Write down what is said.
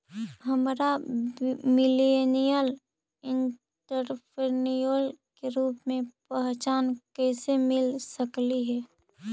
हमरा millennial entrepreneur के रूप में पहचान कइसे मिल सकलई हे?